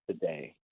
today